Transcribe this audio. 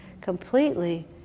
completely